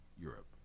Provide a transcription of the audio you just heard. Europe